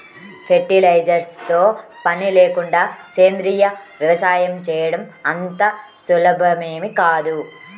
fertilisers తో పని లేకుండా సేంద్రీయ వ్యవసాయం చేయడం అంత సులభమేమీ కాదు